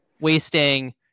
wasting